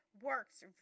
works